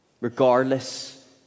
Regardless